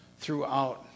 throughout